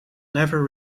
never